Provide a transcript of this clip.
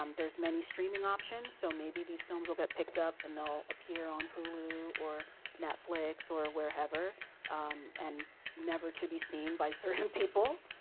um there's many streaming options, so maybe these films'll get picked up and they'll appear on hulu or netflix or wherever and never to be seen by certain people.